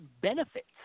benefits